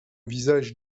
visage